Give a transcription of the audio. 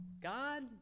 God